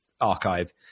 archive